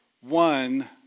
one